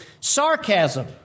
sarcasm